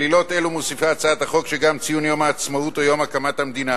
על עילות אלה מוסיפה הצעת החוק שגם ציון יום העצמאות או יום הקמת המדינה